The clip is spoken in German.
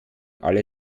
alle